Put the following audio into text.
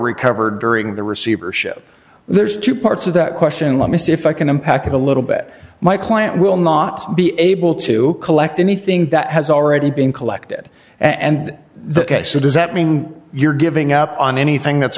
recovered during the receivership there's two parts to that question let me see if i can impact of a little bit my client will not be able to collect anything that has already been collected and the case or does that mean you're giving up on anything that's